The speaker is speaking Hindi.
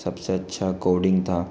सब से अच्छा कोडिंग था